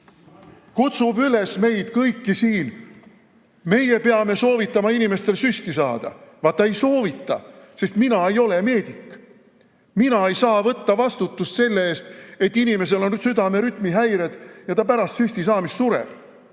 Kutsub üles meid kõiki siin, et meie peame soovitama inimestel süsti saada. Vaata ei soovita, sest mina ei ole meedik. Mina ei saa võtta vastutust selle eest, et inimesel on südame rütmihäired ja ta pärast süsti saamist sureb.